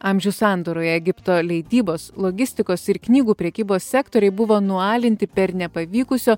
amžių sandūroje egipto leidybos logistikos ir knygų prekybos sektoriai buvo nualinti per nepavykusio